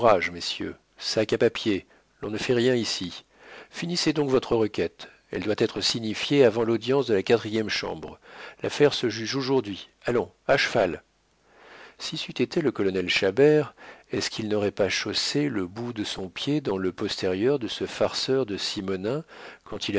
messieurs sac à papier l'on ne fait rien ici finissez donc votre requête elle doit être signifiée avant l'audience de la quatrième chambre l'affaire se juge aujourd'hui allons à cheval si c'eût été le colonel chabert est-ce qu'il n'aurait pas chaussé le bout de son pied dans le postérieur de ce farceur de simonnin